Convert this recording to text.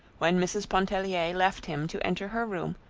when mrs. pontellier left him to enter her room,